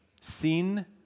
Sin